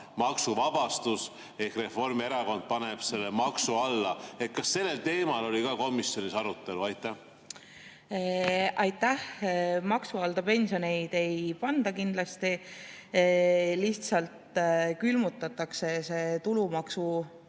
maksuvabastus ehk Reformierakond paneb selle maksu alla. Kas sellel teemal oli komisjonis arutelu? Aitäh! Maksu alla pensioneid ei panda kindlasti. Lihtsalt külmutatakse tulumaksuvaba